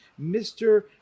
Mr